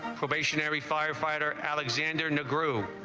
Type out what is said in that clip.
for beijing. every firefighter alexander no grew